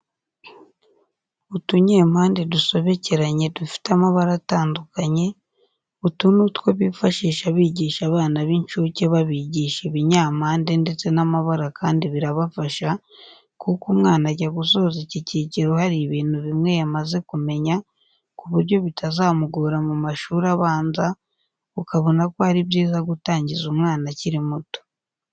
Utunyempande dusobekeranye dufite amabara atandukanye, utu ni utwo bifashisha bigisha abana b'incuke babibigisha ibinyampande ndetse n'amabara kandi birabafasha kuko umwana ajya gusoza iki cyiciro hari ibintu bimwe yamaze kumenya ku buryo bitazamugora mu mashuri abanza, ukabona ko ari byiza gutangiza umwana akiri muto.